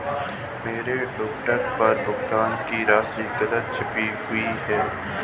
मेरे ड्राफ्ट पर भुगतान की राशि गलत छपी हुई है